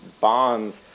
bonds